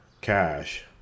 cash